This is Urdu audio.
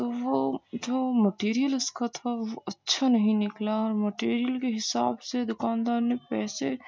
تو وہ جو مٹیریل اس کا تھا وہ اچھا نہیں نکلا اور مٹیریل کے حساب سے دوکاندار نے پیسے